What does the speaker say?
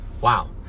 Wow